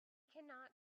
cannot